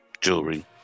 Jewelry